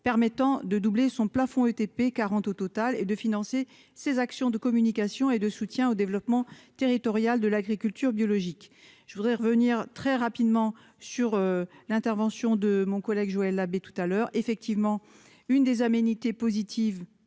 permettant de doubler son plafond ETP, 40 au total et de financer ses actions de communication et de soutien au développement territorial de l'agriculture biologique, je voudrais revenir très rapidement sur l'intervention de mon collègue Joël Habay tout à l'heure effectivement une des aménité positive